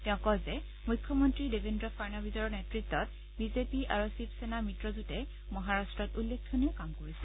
তেওঁ কয় যে মুখ্যমন্ত্ৰী দেৱেন্দ্ৰ ফাড়নৱীছৰ নেতত্বত বিজেপি আৰু শিৱসেনা মিত্ৰজোঁটে মহাৰাট্টত উল্লেখনীয় কাম কৰিছে